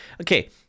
Okay